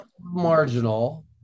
marginal